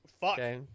Fuck